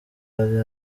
ari